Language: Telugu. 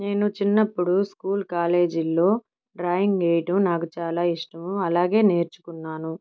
నేను చిన్నప్పుడు స్కూల్ కాలేజీలో డ్రాయింగ్ వేయడం నాకు చాలా ఇష్టం అలాగే నేర్చుకున్నాను